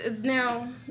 now